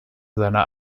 seiner